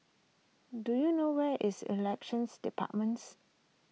do you know where is Elections Departments